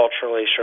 culturally